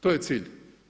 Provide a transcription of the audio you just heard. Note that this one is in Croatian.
To je cilj.